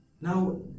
Now